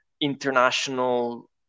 international